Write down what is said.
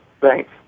Thanks